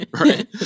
right